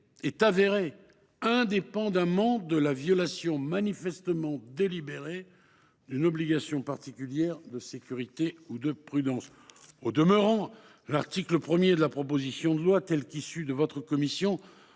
est avérée, indépendamment de la violation manifestement délibérée d’une obligation particulière de sécurité ou de prudence. Au demeurant, l’article 1 de la proposition de loi, dans la rédaction